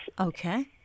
okay